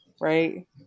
right